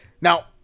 Now